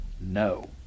No